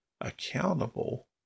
accountable